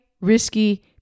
risky